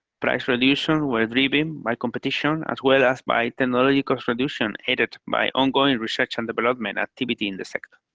price reduction was driven by competition, as well as by technology cost reduction aided by ongoing research and development activity in the sector.